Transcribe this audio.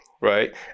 right